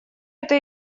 это